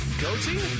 Goatee